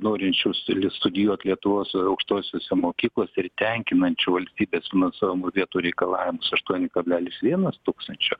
norinčius studijuot lietuvos aukštosiose mokyklose ir tenkinančių valstybės finansuojamų vietų reikalavimus aštuoni kablelis vienas tūkstančio